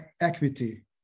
equity